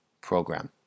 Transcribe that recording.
program